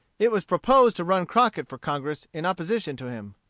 it was proposed to run crockett for congress in opposition to him.